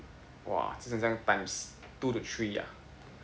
!wah! 真正是像 times two to three ah